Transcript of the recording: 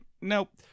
nope